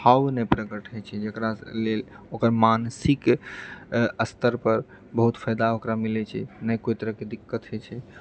भाव नहि प्रकट होइ छै जकरा लेल ओकर मानसिक स्तर पर बहुत फायदा ओकरा मिलैत छै नहि कोई तरहकेँ दिक्कत होइत छै